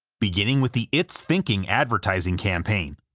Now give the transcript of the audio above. beginning with the it's thinking advertising campaign,